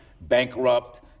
bankrupt